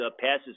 passes